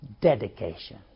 Dedication